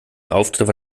auftritt